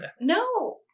No